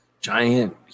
Giant